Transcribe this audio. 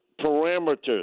parameters